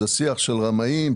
השיח של רמאים,